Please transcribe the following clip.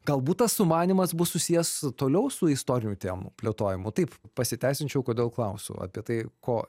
galbūt tas sumanymas bus susijęs toliau su istorinių temų plėtojimu taip pasiteisinčiau kodėl klausiu apie tai ko